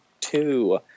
two